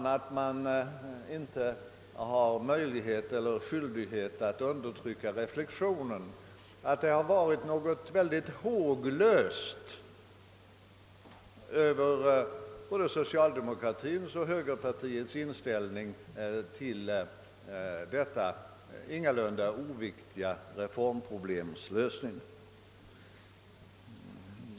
Men jag tycker inte man har någon möjlighet eller skyldighet att undertrycka den reflexionen, att det har varit något håglöst över både socialdemokratins och högerns inställning till lösningen av detta ingalunda oviktiga reformproblem.